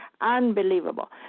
Unbelievable